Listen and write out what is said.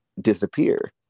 disappear